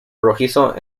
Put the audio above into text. rojizo